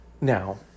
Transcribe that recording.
Now